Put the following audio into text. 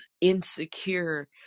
insecure